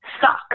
suck